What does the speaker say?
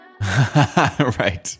right